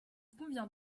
convient